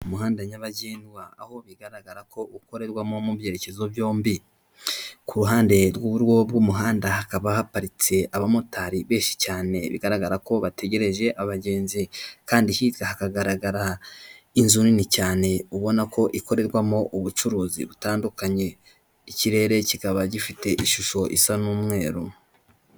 Umuhanda nyabagendwa aho bigaragara ko ukorerwamo mu byerekezo byombi, ku ruhande rw'uburyo bw'umuhanda hakaba haparitse abamotari benshi cyane bigaragara ko bategereje abagenzi kandi hirya hakagaragara inzu nini cyane ubona ko ikorerwamo ubucuruzi butandukanye, ikirere kikaba gifite ishusho isa n'umweru.